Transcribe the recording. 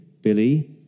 Billy